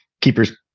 keeper's